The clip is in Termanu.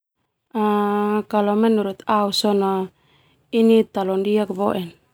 Menurut au sona talondiak boe.